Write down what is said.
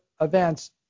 events